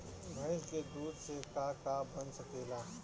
भइस के दूध से का का बन सकेला?